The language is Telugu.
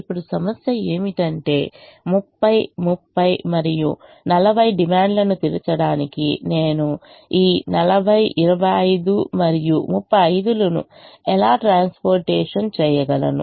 ఇప్పుడు సమస్య ఏమిటంటే 30 30 మరియు 40 డిమాండ్లను తీర్చడానికి నేను ఈ 40 25 మరియు 35 లను ఎలా ట్రాన్స్పోర్టేషన్ చేయగలను